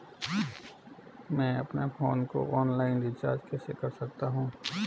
मैं अपने फोन को ऑनलाइन रीचार्ज कैसे कर सकता हूं?